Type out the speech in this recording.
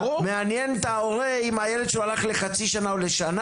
מעניין את ההורה אם הילד שלו הלך לחצי שנה או לשנה?